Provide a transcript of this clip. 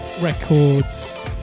Records